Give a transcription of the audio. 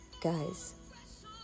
guys